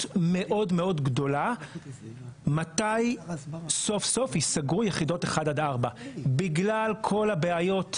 מאוד גדולה מתי סוף סוף יסגרו יחידות 1-4. בגלל כל הבעיות,